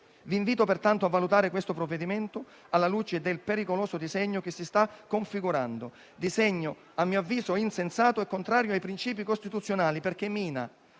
Vi invito pertanto a valutare il provvedimento alla luce del pericoloso disegno che si sta configurando, che, a mio avviso, è insensato e contrario ai principi costituzionali, perché mina